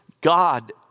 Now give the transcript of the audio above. God